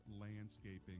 Landscaping